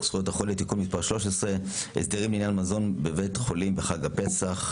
זכויות החולה (תיקון מס' 13) (הסדרים לעניין מזון בבית חולים בחג הפסח